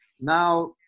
Now